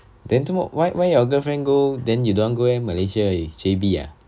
then 做么 why why your girlfriend go then you don't want go eh malaysia 而已 J_B ah